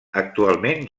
actualment